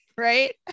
right